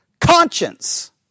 Conscience